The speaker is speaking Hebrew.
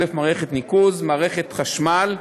מערכת חשמל,